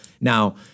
now